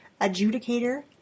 adjudicator